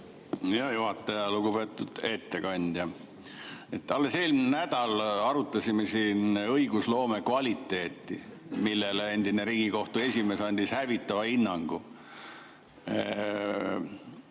Hea juhataja! Lugupeetud ettekandja! Alles eelmisel nädalal arutasime siin õigusloome kvaliteeti, millele endine Riigikohtu esimees andis hävitava hinnangu.